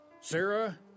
Sarah